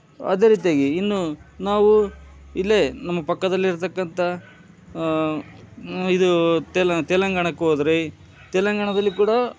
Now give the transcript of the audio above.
ಅದೇ ರೀತಿಯಾಗಿ ಇನ್ನು ನಾವು ಇಲ್ಲೇ ನಮ್ಮ ಪಕ್ಕದಲ್ಲಿರ್ತಕಂಥ ಇದು ತೆಲಂಗಾಣಾಕ್ಕೆ ಹೋದ್ರೆ ತೆಲಂಗಾಣದಲ್ಲಿ ಕೂಡ